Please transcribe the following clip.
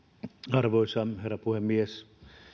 arvoisa herra puhemies